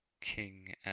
King